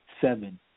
seven